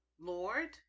Lord